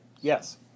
Yes